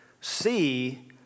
see